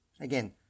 Again